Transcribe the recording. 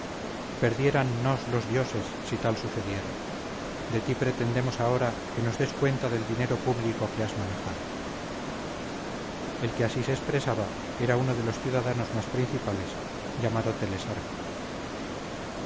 soberano perdiérannos los dioses si tal sucediera de ti pretendemos ahora que nos des cuenta del dinero público que has manejado el que así se expresaba era uno de los ciudadanos más principales llamado telesarco